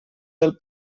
del